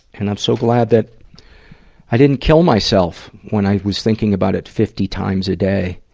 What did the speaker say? and i'm so glad that i didn't kill myself when i was thinking about it fifty times a day,